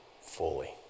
fully